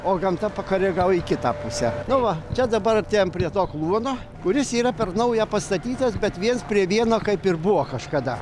o gamta pakoregavo į kitą pusę nu va čia dabar atėjom prie to kluono kuris yra per naują pastatytas bet viens prie vieno kaip ir buvo kažkada